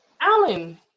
Alan